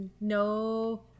no